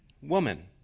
woman